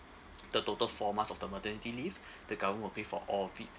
the total four months of the maternity leave the government will pay for all of it